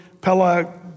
Pella